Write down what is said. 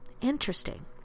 Interesting